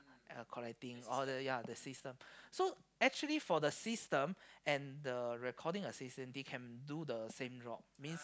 collecting oh ya ya ya the system so actually for the system and the recording assistant they can do the same job means